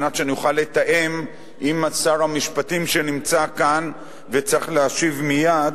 על מנת שאני אוכל לתאם עם שר המשפטים שנמצא כאן וצריך להשיב מייד.